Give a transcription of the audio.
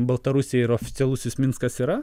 baltarusija ir oficialusis minskas yra